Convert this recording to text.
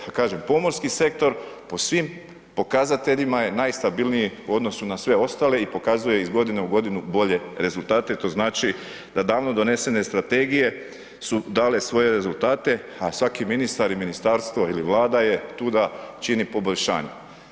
Kažem, pomorski sektor, po svim pokazateljima je najstabilniji u odnosu na sve ostale i pokazuje iz godine u godinu bolje rezultate, to znači, da davno donesene strategije su dale svoje rezultate, a svaki ministar ili ministarstvo ili vlada je tu da čini poboljšanje.